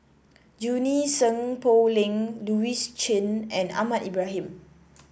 Junie Sng Poh Leng Louis Chen and Ahmad Ibrahim